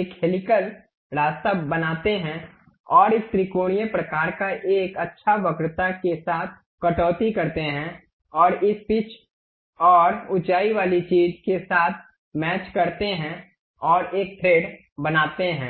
एक हेलिकल रास्ता बनाते हैं और एक त्रिकोणीय प्रकार का एक अच्छा वक्रता के साथ कटौती करते हैं और इस पिच और ऊंचाई वाली चीज़ के साथ मैच करते हैं और एक थ्रेड बनाते हैं